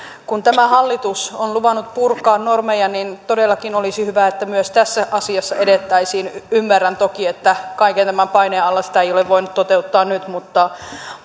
kun tämä hallitus on luvannut purkaa normeja todellakin olisi hyvä että myös tässä asiassa edettäisiin ymmärrän toki että kaiken tämän paineen alla sitä ei ole voinut toteuttaa nyt mutta